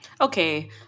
Okay